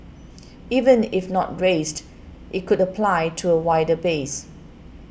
even if not raised it could apply to a wider base